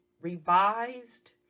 revised